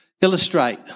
Illustrate